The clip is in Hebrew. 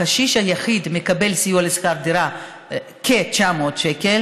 הקשיש היחיד מקבל כ-900 שקל